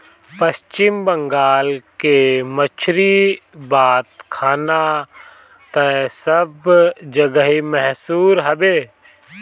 पश्चिम बंगाल के मछरी बात खाना तअ सब जगही मसहूर हवे